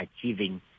achieving